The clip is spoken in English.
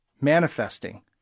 manifesting